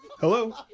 hello